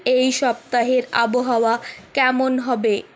এই সপ্তাহের আবহাওয়া কেমন হবে